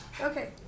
Okay